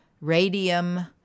Radium